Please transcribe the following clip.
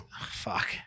Fuck